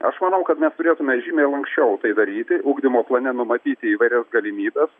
aš manau kad mes turėtume žymiai lanksčiau tai daryti ugdymo plane numatyti įvairia galimybes